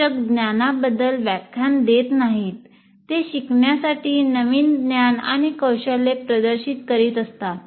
शिक्षक ज्ञानाबद्दल व्याख्यान देत नाहीत ते शिकण्यासाठी नवीन ज्ञान आणि कौशल्य प्रदर्शित करीत असतात